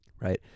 right